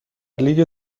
لیگ